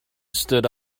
stood